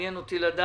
מעניין אותי לדעת